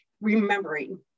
remembering